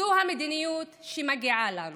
זו המדיניות שמגיעה לנו